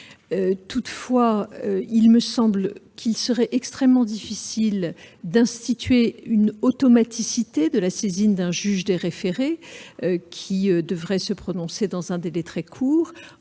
; mais il me semble qu'il serait extrêmement difficile de rendre automatique la saisine d'un juge des référés qui devrait se prononcer dans un délai très court.